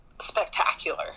spectacular